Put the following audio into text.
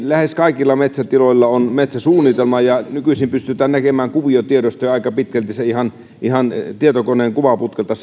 lähes kaikilla metsätiloilla on metsäsuunnitelma ja nykyisin pystytään näkemään kuviotiedoista jo aika pitkälti ihan ihan tietokoneen kuvaputkelta